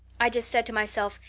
i just said to myself,